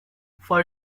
for